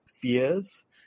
fears